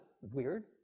weird